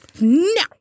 no